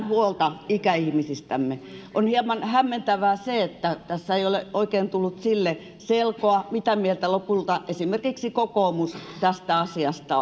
huolta ikäihmisistämme on hieman hämmentävää että tässä ei ole oikein tullut selkoa mitä mieltä lopulta esimerkiksi kokoomus tästä asiasta